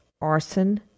arson